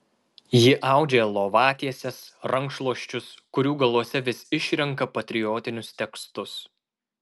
ji audžia lovatieses rankšluosčius kurių galuose vis išrenka patriotinius tekstus